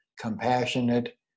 compassionate